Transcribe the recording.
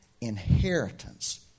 inheritance